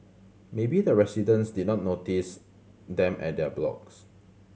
maybe the residents did not notice them at their blocks